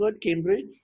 Cambridge